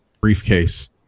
briefcase